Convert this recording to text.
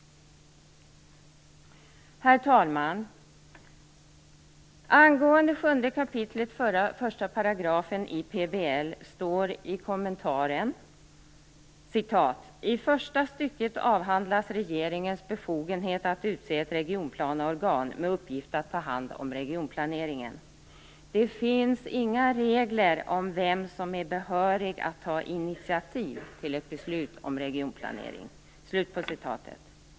Herr talman! I kommentaren till 7 kap. 1 § PBL står: "I första stycket avhandlas regeringens befogenhet att utse ett regionplaneorgan med uppgift att ta hand om regionplaneringen. Det finns inga regler om vem som är behörig att ta initiativ till ett beslut om regionplanering."